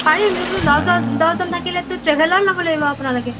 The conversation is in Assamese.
পাৰিম কিন্তু ন দ দহজন থাকিলেটো ট্ৰেভেলাৰ ল'ব লাগিব আপোনালোকে